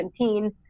2017